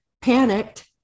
panicked